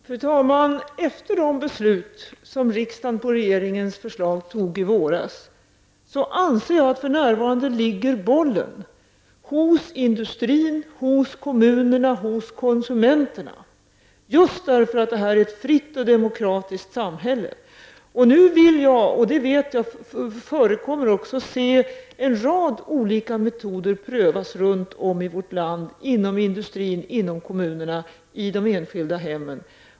Fru talman! Efter att riksdagen i våras på regeringens förslag fattade beslut på detta område, anser jag att bollen för närvarande ligger hos industrin, kommunerna och konsumenterna. Detta är fallet just därför att detta är ett fritt och demokratiskt samhälle. Nu vill jag att en rad olika metoder prövas runt om i vårt land -- inom industrin, inom kommunerna och i de enskilda hemmen. Jag vet också att detta redan förekommer.